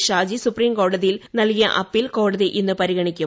Shaji supreme കോടതിയിൽ നൽകിയ appeal കോടതി ഇന്ന് പരിഗണിക്കും